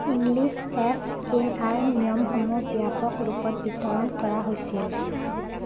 English F A R নিয়মসমূহ ব্যাপক ৰূপত বিতৰণ কৰা হৈছিল